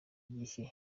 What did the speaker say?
gihe